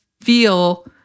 feel